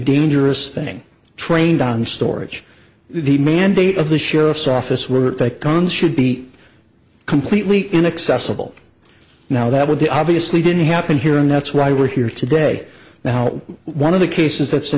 dangerous thing trained on storage the mandate of the sheriff's office were that guns should be completely inaccessible now that would be obviously didn't happen here and that's why we're here today now one of the cases that